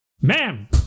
Ma'am